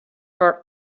for